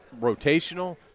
rotational